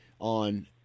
on